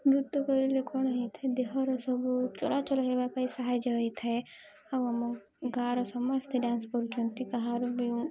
ନୃତ୍ୟ କରିଲେ କ'ଣ ହେଇଥାଏ ଦେହର ସବୁ ଚଳାଚଳ ହେବା ପାଇଁ ସାହାଯ୍ୟ ହେଇଥାଏ ଆଉ ଆମ ଗାଁର ସମସ୍ତେ ଡ୍ୟାନ୍ସ କରୁଛନ୍ତି କାହାର ବି